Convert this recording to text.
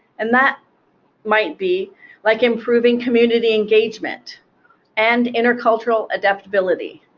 and that might be like improving community engagement and intercultural adaptability